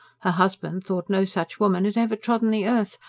her husband thought no such woman had ever trodden the earth,